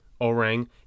orang